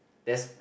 that's